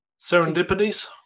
serendipities